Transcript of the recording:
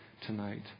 tonight